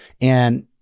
And-